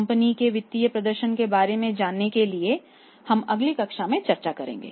company के वित्तीय प्रदर्शन के बारे में जानने के लिए हम अगली कक्षा में चर्चा करेंगे